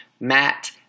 Matt